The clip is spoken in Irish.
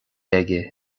aige